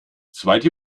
zweite